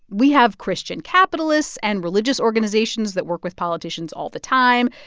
we have christian capitalists and religious organizations that work with politicians all the time.